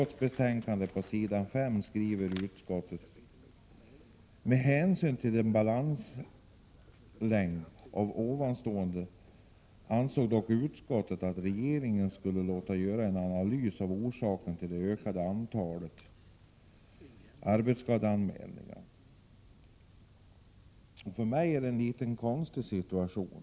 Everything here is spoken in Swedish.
Si betänkandet skriver utskottet: ”Med hänsyn till att balansläget var oroväckande ansåg dock utskottet att regeringen skulle låta göra en analys av orsakerna till det ökande antalet arbetsskadeanmälningar.” För mig är detta en något konstig situation.